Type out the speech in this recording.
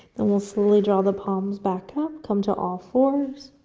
then we'll slowly draw the palms back up, come to all fours.